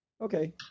okay